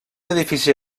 edifici